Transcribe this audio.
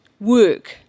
work